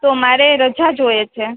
તો મારે રજા જોઈએ છે